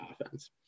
offense